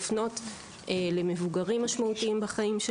צהריים טובים,